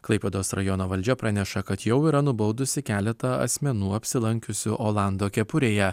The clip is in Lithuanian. klaipėdos rajono valdžia praneša kad jau yra nubaudusi keletą asmenų apsilankiusių olando kepurėje